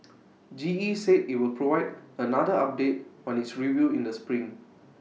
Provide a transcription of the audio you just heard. G E said IT will provide another update on its review in the spring